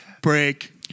Break